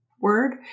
word